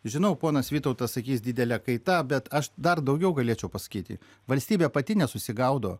žinau ponas vytautas sakys didelė kaita bet aš dar daugiau galėčiau pasakyti valstybė pati nesusigaudo